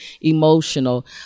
emotional